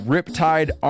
Riptide